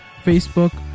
Facebook